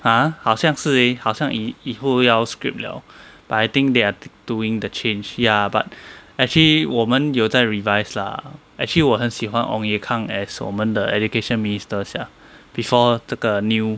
!huh! 好像是 leh 好像以以后要 scrap liao but I think they are doing the change ya but actually 我们有在 revise lah actually 我很喜欢 ong ye kung as 我们的 education minister sia before 这个 new